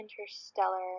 interstellar